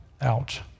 out